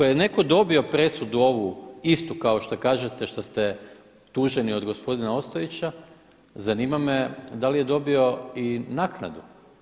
Ako je netko dobio presudu ovu istu kao što kažete što ste tuženi od gospodina Ostojića zanima me da li je dobio i naknadu.